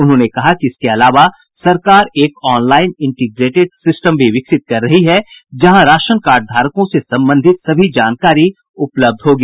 उन्होंने कहा कि इसके अलावा सरकार एक ऑनलाईन इंट्रीग्रेटेड सिस्टम भी विकसित कर रही है जहां राशन कार्डधारकों से संबंधित सभी जानकारी उपलब्ध होगी